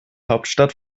hauptstadt